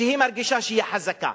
שמרגישה שהיא חזקה.